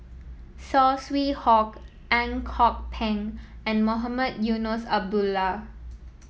Saw Swee Hock Ang Kok Peng and Mohamed Eunos Abdullah